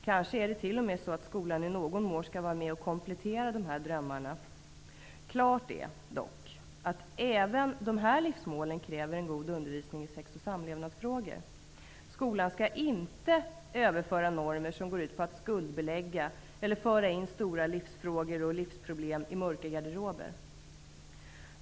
Kanske är det t.o.m. så att skolan i någon mån skall vara med och komplettera dessa drömmar. Klart är dock att även dessa livsmål kräver en god undervisning i sex och samlevnadsfrågor. Skolan skall icke överföra normer som går ut på att skuldbelägga eller föra in stora livsfrågor och livsproblem i mörka garderober.